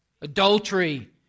adultery